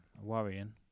worrying